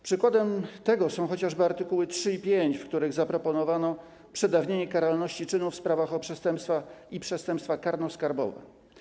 Przykładem tego są chociażby art. 3 i art. 5, w których zaproponowano przedawnienie karalności czynów w sprawach o przestępstwa i przestępstwa karnoskarbowe.